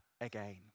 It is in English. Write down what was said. again